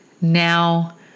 now